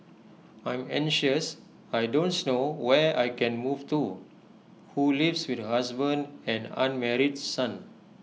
I'm anxious I don't know where I can move to who lives with her husband and unmarried son